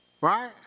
Right